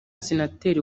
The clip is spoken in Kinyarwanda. senateri